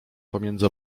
pomiędzy